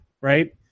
right